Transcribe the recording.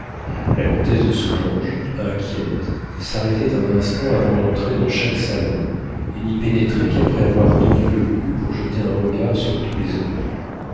la comtesse de soulanges inquiète s'arrêtait un instant avant d'entrer dans chaque salon et n'y pénétrait qu'après avoir tendu le cou pour jeter un regard sur tous les hommes